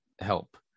help